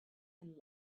and